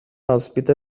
ospite